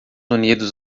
unidos